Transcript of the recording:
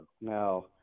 Now